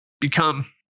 become